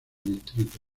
distrito